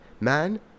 Man